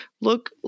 look